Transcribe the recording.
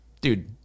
dude